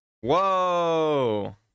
Whoa